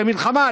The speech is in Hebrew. למלחמה,